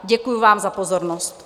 Děkuji vám za pozornost.